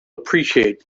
appreciate